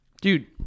dude